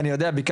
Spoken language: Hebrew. אני יודע את זה,